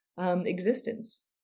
existence